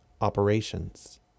operations